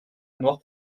noir